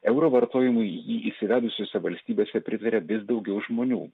euro vartojimui jį įsivedusiose valstybėse pritarė vis daugiau žmonių